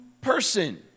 person